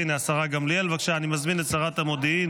אני מזמין את שרת המודיעין